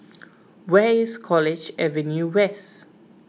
where is College Avenue West